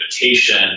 invitation